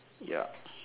yup